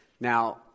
Now